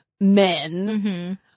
men